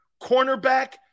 cornerback